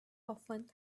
often